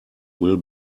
will